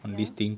ya